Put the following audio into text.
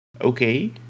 okay